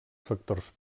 factors